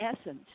essence